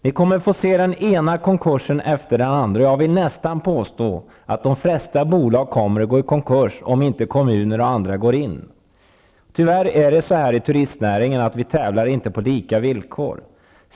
Vi kommer att få se den ena konkursen efter den andra, och jag vill nästan påstå att de flesta bolag kommer att gå i konkurs om inte kommuner och andra går in. Tyvärr är det så i turistnäringen att vi inte tävlar på lika villkor.